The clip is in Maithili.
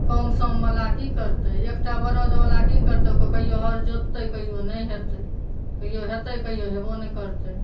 कमसम वला की करतै एकटा बरद वला की करतै ओ कहियो हऽर जोतितै कहियो नहि हेतै कहियो हेतै कहियो हेबो नहि करतै